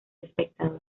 espectador